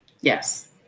Yes